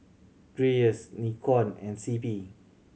Dreyers Nikon and C P